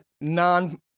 non